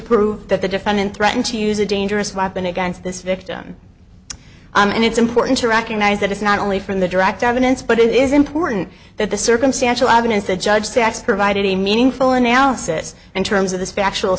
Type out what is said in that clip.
prove that the defendant threatened to use a dangerous weapon against this victim and it's important to recognize that it's not only from the direct evidence but it is important that the circumstantial evidence the judge sets provide any meaningful analysis in terms of the